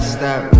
Stop